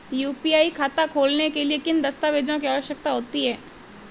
UPI खाता खोलने के लिए किन दस्तावेज़ों की आवश्यकता होती है?